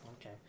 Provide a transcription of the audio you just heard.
Okay